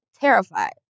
terrified